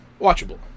Watchable